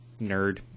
nerd